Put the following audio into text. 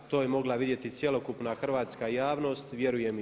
To je mogla vidjeti cjelokupna hrvatska javnost, vjerujem i vi.